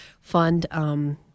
fund –